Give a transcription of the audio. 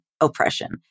oppression